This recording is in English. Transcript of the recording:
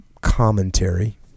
commentary